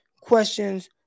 questions